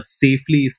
safely